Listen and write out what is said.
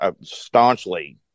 staunchly